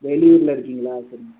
வெளியூரில் இருக்கீங்களா சரிங்க